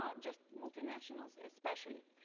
ah just multinationals especially.